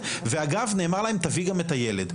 גם בתהליך הזה אנחנו --- 1-4 זה לא ערטילאי,